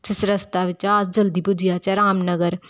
जिस रस्ता बिच्चा अस जल्दी पुज्जी जाह्चै रामनगर